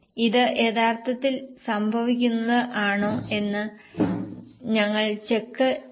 ഇത് യഥാർത്ഥത്തിൽ സംഭവിക്കുന്നത് ആണോ എന്ന് ഞങ്ങൾ ചെക്ക് ചെയ്യും